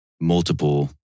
multiple